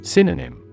Synonym